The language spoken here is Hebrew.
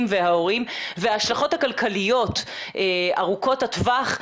וההורים וההשלכות הכלכליות ארוכות הטווח,